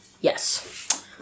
Yes